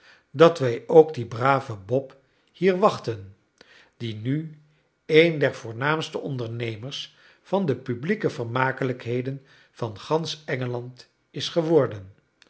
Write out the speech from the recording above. dat wij ook dien braven bob hier wachten die nu een der voornaamste ondernemers van publieke vermakelijkheden van gansch engeland is geworden